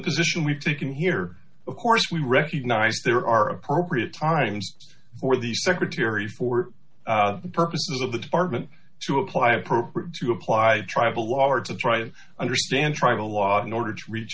position we've taken here of course we recognize there are appropriate times or the secretary for purposes of the department to apply appropriate to apply tribal law or to try to understand tribal law in order to reach